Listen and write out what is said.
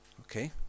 Okay